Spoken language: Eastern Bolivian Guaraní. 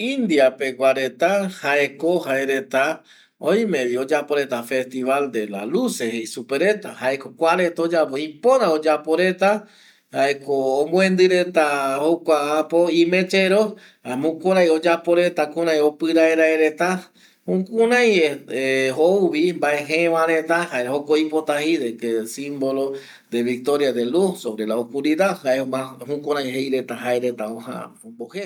India pegia reta jeko jae reta oime vi oyapo reta festival de las luces jei supe reta jae ko kua reta oyapo ipora oyapo reta jaeko omuendi reta jokua apo y mechero jaema jukurei oyapo reta kurei opirai rai reta jukurei ˂hesitation˃ jouvi mbae je va reta jaeko oipota jei simbolo de victoria de luz sobre la oscuridad jaema jukureia jeireta jae omoja omboje